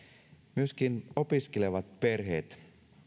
myöskin opiskelevat perheet